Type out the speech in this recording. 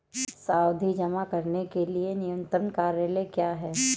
सावधि जमा के लिए न्यूनतम कार्यकाल क्या है?